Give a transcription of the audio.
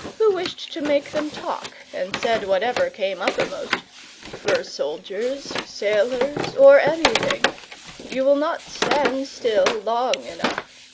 who wished to make them talk, and said whatever came uppermost for soldiers, sailors, or anything you will not stand still long enough.